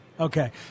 Okay